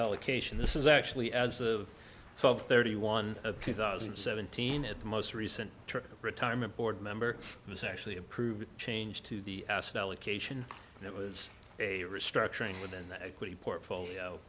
allocation this is actually as of twelve thirty one of two thousand and seventeen at the most recent retirement board member was actually approved change to the asset allocation and it was a restructuring within the equity portfolio